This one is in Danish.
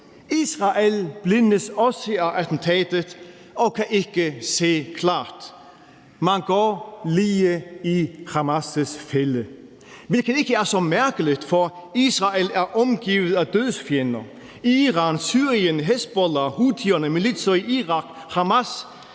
Israel blindes også af attentatet og kan ikke se klart. Man går lige i Hamas' fælde, hvilket ikke er så mærkeligt, for Israel er omgivet af dødsfjender – Iran, Syrien, Hizbollah, houthierne, militser i Irak, Hamas.